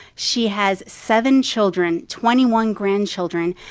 she has seven children, twenty one grandchildren,